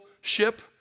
ship